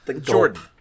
Jordan